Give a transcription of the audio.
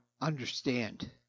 understand